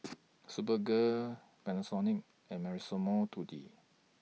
Superga Panasonic and Massimo Dutti